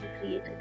created